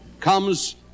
comes